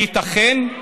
הייתכן,